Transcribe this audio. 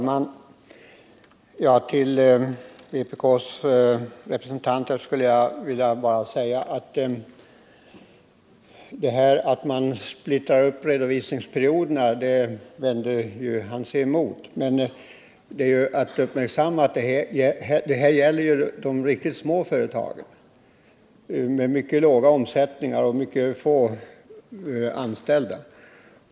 Herr talman! Vpk:s representant vände sig emot att man splittrar upp redovisningsperioderna. Men vi bör uppmärksamma att detta gäller de riktigt små företagen med mycket låga omsättningar och mycket få anställda.